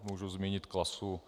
Můžu zmínit Klasu.